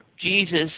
Jesus